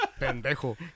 Pendejo